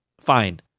fine